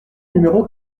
numéro